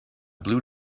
blue